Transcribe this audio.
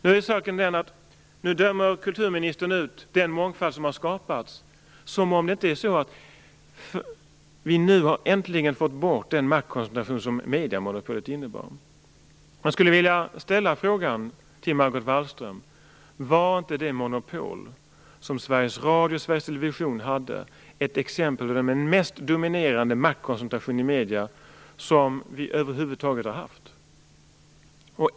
Nu dömer kulturministern ut den mångfald som har skapats som om vi inte äntligen hade fått bort den maktkoncentration som mediemonopolet innebar. Jag skulle vilja ställa en fråga till Margot Wallström. Var inte det monopol som Sveriges Radio och Sveriges Television hade ett exempel på den mest dominerande maktkoncentration i medierna som vi över huvud taget har haft?